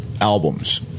albums